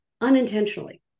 unintentionally